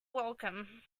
welcome